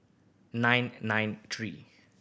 nine nine three